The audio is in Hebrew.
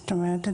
זאת אומרת,